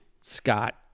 Scott